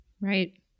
Right